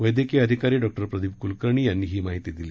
वैद्यकीय अधिकारी डॉ प्रदीप कुलकर्णी यांनी ही माहिती दिली